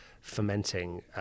fermenting